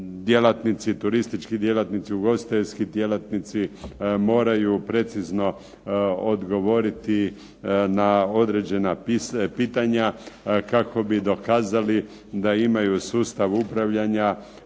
turistički djelatnici, ugostiteljski djelatnici moraju precizno odgovoriti na određena pitanja, kako bi dokazali da imaju sustav upravljanja